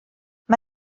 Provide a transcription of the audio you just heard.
mae